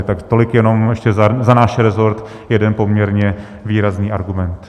Tak tolik jenom ještě za náš resort jeden poměrně výrazný argument.